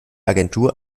agentur